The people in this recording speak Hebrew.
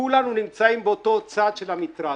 כולנו נמצאים באותו צד של המתרס.